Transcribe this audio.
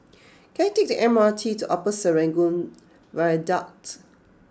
can I take the M R T to Upper Serangoon Viaduct